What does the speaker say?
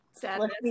sadness